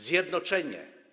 Zjednoczenie!